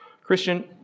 Christian